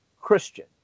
Christian